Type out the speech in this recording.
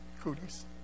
cooties